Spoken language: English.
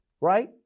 right